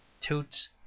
Toots